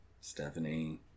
Stephanie